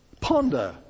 Ponder